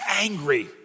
angry